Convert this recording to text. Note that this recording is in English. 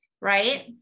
right